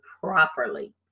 properly